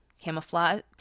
camouflage